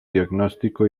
diagnóstico